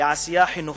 לעשייה חינוכית,